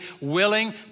willing